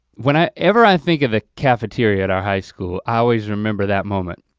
whenever i think of the cafeteria at our high school, i always remember that moment,